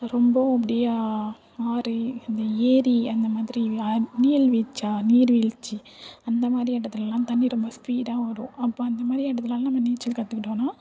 ரொம்பவும் அப்படியே ஆறு அந்த ஏரி அந்த மாதிரி அத் நீல்வீழ்ச்சா நீர்வீழ்ச்சி அந்த மாதிரி இடத்துலலாம் தண்ணி ரொம்ப ஸ்பீடாக வரும் அப்போ அந்த மாதிரி இடத்துலலாம் நம்ம நீச்சல் கற்றுக்கிட்டோனா